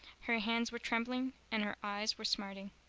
her hands were trembling and her eyes were smarting.